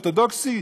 אורתודוקסי?